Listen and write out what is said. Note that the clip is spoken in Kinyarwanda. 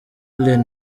alain